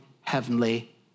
heavenly